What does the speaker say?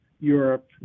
europe